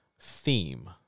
theme